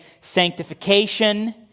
sanctification